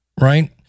Right